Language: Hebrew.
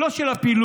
לא של הפילוג,